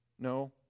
No